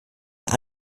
eine